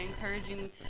encouraging